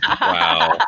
Wow